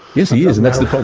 yes he is, and that's the